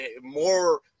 more